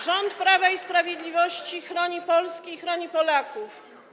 Rząd Prawa i Sprawiedliwości chroni Polskę i chroni Polaków.